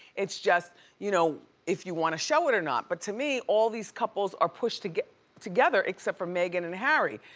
it's just you know if you wanna show it or not. but to me, all these couples are pushed together except for megan and harry,